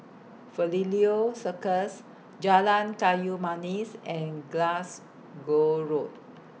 Circus Jalan Kayu Manis and Glasgow Road